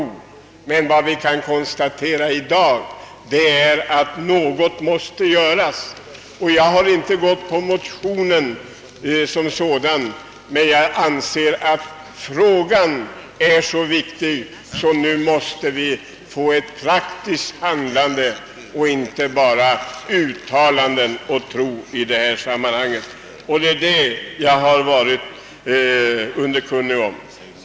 Men vad vi kan konstatera i dag är att någonting måste göras. Jag har inte anslutit mig till motionärerna, men jag anser att frågan är så viktig att vi nu måste få ett praktiskt handlande och inte bara uttalanden och tro i detta sammanhang. Det är detta jag har varit underkunnig om.